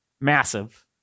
Massive